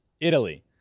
Italy